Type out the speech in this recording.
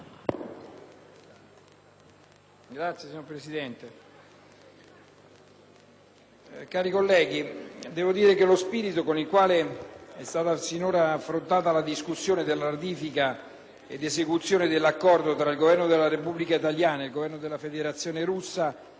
*(IdV)*. Signora Presidente, cari colleghi, lo spirito con il quale è stata sinora affrontata la discussione della ratifica ed esecuzione dell'Accordo tra il Governo della Repubblica italiana e il Governo della Federazione russa